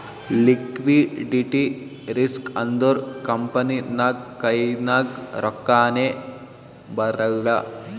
liquidity risk ಅಂದುರ್ company ನಾಗ್ ಕೈನಾಗ್ ರೊಕ್ಕಾನೇ ಬರಲ್ಲ